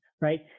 right